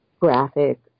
Graphic